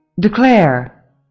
DECLARE